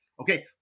Okay